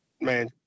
man